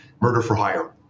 murder-for-hire